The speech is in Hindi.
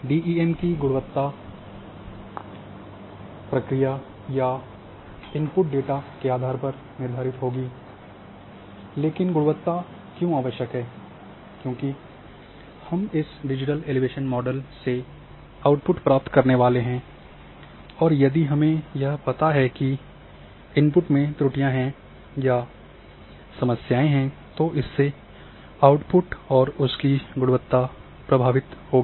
डीईएम की गुणवत्ता प्रक्रिया या इनपुट डेटा के आधार पर निर्धारित होगी लेकिन गुणवत्ता क्यों आवश्यक है क्योंकि हम इस डिजिटल एलिवेशन मॉडल से आउटपुट प्राप्त करने वाले हैं और यदि हमें यह पता है कि इनपुट में त्रुटियां हैं या समस्याएं हैं तो इससे आउटपुट की गुणवत्ता प्रभावित होगी